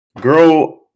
Girl